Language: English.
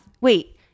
Wait